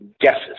guesses